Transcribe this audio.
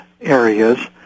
areas